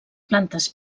plantes